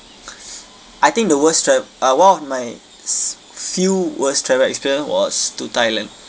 I think the worst tra~ uh one of my few was travel experience was to thailand